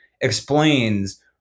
explains